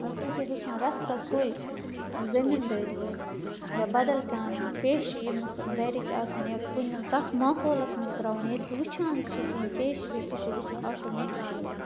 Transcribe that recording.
سُہ چھُ ہیٚچھان رَس رَس سُے زٔمیٖنٛدٲری یا بَدَل کانٛہہ پیشہِ ییٚمِس گَرِکۍ آسان یا کُنہِ تَتھ ماحولَس مَنٛز ترٛاوُن ییٚتہِ سُہ وُچھان چھِ سُہ یم پیش ویش سُہ چھِ ہیٚچھان آٹوٗمیٹِکٔلی تِم